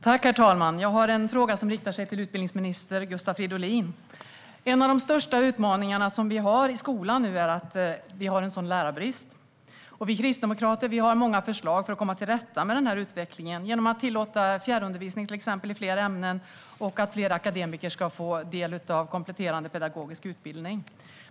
Herr talman! Jag har en fråga som riktar sig till utbildningsminister Gustav Fridolin. En av de största utmaningar vi har i skolan är lärarbristen. Vi kristdemokrater har många förslag för att komma till rätta med denna utveckling, till exempel att tillåta fjärrundervisning i fler ämnen och att låta fler akademiker få ta del av kompletterande pedagogisk utbildning.